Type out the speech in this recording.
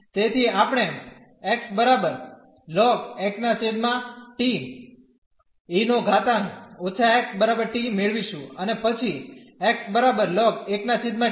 તેથી આપણે મેળવીશું અને પછી મેળવીએ છીએ